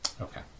Okay